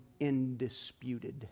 indisputed